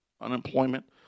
unemployment